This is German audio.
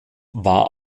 war